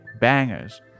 bangers